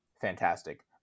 Fantastic